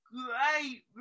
great